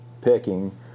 picking